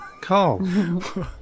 Carl